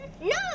No